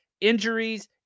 injuries